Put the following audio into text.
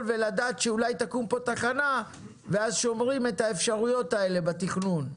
ולדעת שאולי תקום פה תחנה ואז שומרים את האפשרויות האלה בתכנון.